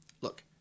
Look